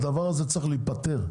הדבר הזה צריך להיפתר.